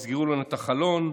יסגרו לנו את החלון,